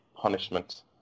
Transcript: punishment